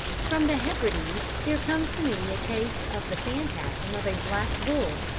from the hebrides there comes to me a case of the phantasm of a black bull,